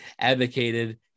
advocated